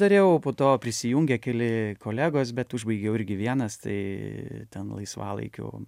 dariau po to prisijungė keli kolegos bet užbaigiau irgi vienas tai ten laisvalaikiu